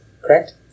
correct